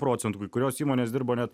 procentų kai kurios įmonės dirbo net